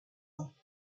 ans